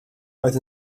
oedd